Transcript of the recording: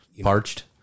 parched